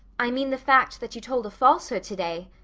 i mean the fact that you told a falsehood today.